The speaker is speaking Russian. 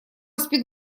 спит